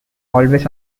always